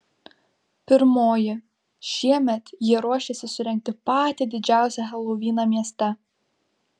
pirmoji šiemet jie ruošiasi surengti patį didžiausią helovyną mieste